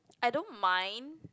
I don't mind